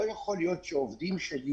לא יכול להיות שעובדים שלי,